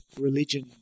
religion